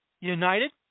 United